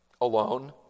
alone